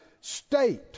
state